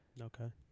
Okay